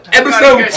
episode